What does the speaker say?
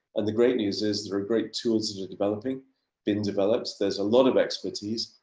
and the great news is there are great tools that are developing been developed. there's a lot of expertise.